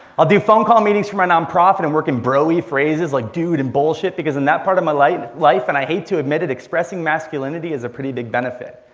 i'll do phone call meetings for my nonprofit and work in broy phrases like dude and bullshit because in that part of my life, and i hate to admit it, expressing masculinity is a pretty big benefit.